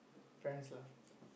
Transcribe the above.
friends lah